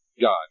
God